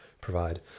provide